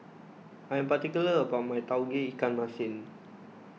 I am particular about my Tauge Ikan Masin